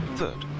third